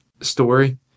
story